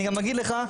אני גם אגיד לך,